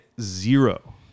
zero